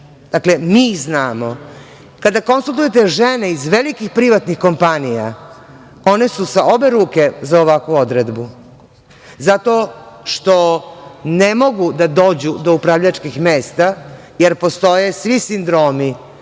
dakle, mi ih znamo, kada konsultujete žene iz velikih privatnih kompanija, one su sa obe ruke za ovakvu odredbu. Zato što ne mogu da dođu do upravljačkih mesta, jer postoje svi sindromi